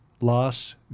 loss